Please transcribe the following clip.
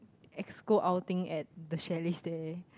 exco outing at the chalet there